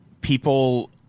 people